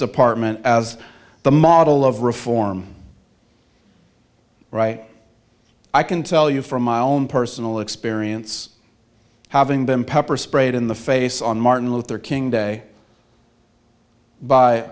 department as the model of reform i can tell you from my own personal experience having been pepper sprayed in the face on martin luther king day by